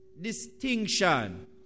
distinction